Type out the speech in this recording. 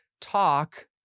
talk